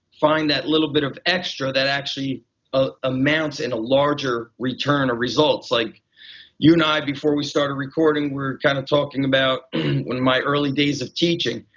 find that little bit of extra that actually ah amounts in a larger return or results. like you and i before we started recording we were kind of talking about when my early days of teaching,